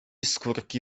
skórki